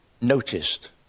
noticed